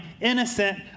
innocent